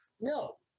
No